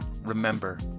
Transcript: remember